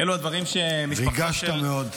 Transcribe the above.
ריגשת מאוד.